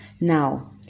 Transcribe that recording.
now